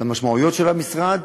למשמעויות של המשרד.